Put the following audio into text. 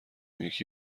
یکی